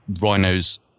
rhino's